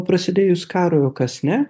prasidėjus karui o kas ne